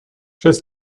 just